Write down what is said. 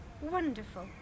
Wonderful